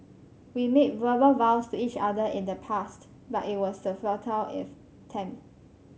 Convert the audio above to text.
we made verbal vows to each other in the past but it was a futile attempt